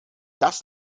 das